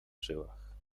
żyłach